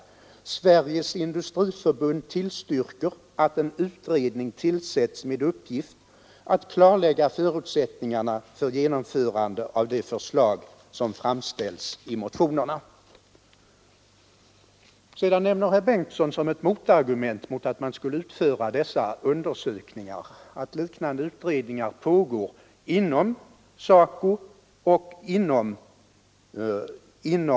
Det heter bl.a.: ”Industriförbundet tillstyrker att en utredning tillsätts med uppgift att klarlägga förutsättningarna för genomförandet av de förslag som framställs i motionerna.” Herr Bengtsson nämner som ett motargument mot att tillsätta en utredning att liknande utredningar pågår inom TCO och LO.